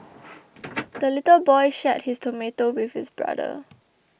the little boy shared his tomato with his brother